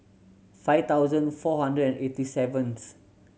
five thousand four hundred and eighty seventh